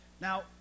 Now